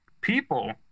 people